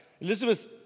Elizabeth